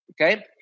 Okay